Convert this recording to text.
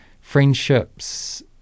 friendships